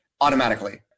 automatically